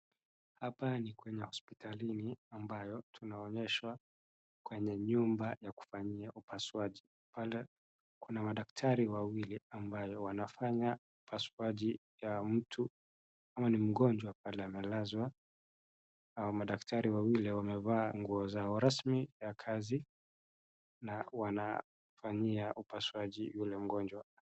Hapa ni kwenye hospitalini ambayo tunaonyeshwa kwenye nyumba ya kufanyia upasuaji. Pale kuna madaktari wawili ambao wanafanya upasuaji ya mtu ama ni mgonjwa pale analazwa. Madaktari wawili wamevaa nguo zao rasmi ya kazi na wanafanyia upasuaji yule mgonjwa.